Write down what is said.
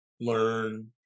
learn